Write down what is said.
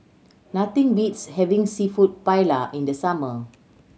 nothing beats having Seafood Paella in the summer